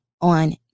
on